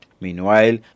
Meanwhile